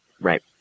Right